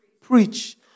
Preach